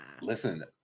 Listen